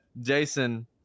Jason